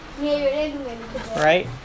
right